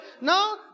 No